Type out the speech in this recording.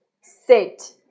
sit